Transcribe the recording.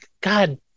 God